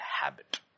habit